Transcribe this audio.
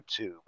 YouTube